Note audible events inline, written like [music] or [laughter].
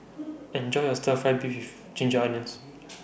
[noise] Enjoy your Stir Fry Beef with Ginger Onions